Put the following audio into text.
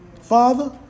Father